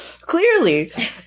Clearly